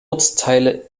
ortsteile